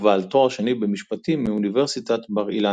ובעל תואר שני במשפטים מאוניברסיטת בר-אילן.